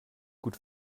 gut